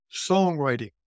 songwriting